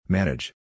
Manage